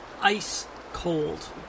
ice-cold